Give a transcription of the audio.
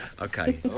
Okay